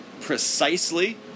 precisely